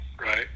right